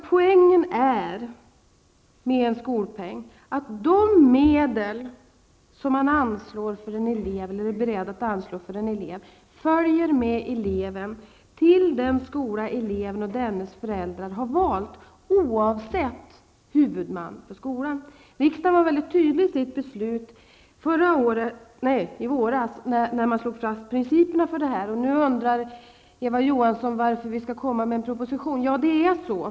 Poängen med en skolpeng är att de medel som man är beredd att anslå för en elev följer med eleven till den skola eleven och dennes föräldrar har valt, oavsett huvudman för skolan. Riksdagen var mycket tydlig i sitt beslut i våras när den slog fast principerna för detta. Nu undrar Eva Johansson varför vi skall komma med en proposition.